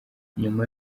nyuma